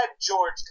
George